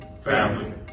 family